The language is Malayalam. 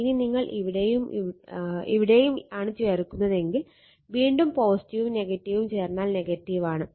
ഇനി നിങ്ങൾ ഇവിടെയും ഇവിടെയും ആണ് ചേർക്കുന്നതെങ്കിൽ വീണ്ടും ഉം ഉം ചേർന്നാൽ ആണ്